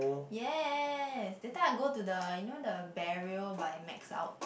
yes the time I go to the you know the Barrio by Mex out